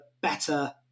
better